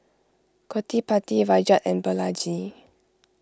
Gottipati Rajat and Balaji